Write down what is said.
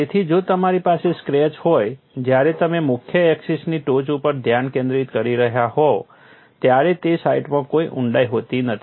તેથી જો તમારી પાસે સ્ક્રેચ હોય જ્યારે તમે મુખ્ય એક્સિસની ટોચ ઉપર ધ્યાન કેન્દ્રિત કરી રહ્યા હોવ ત્યારે તે સાઇટમાં કોઈ ઊંડાઈ હોતી નથી